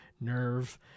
nerve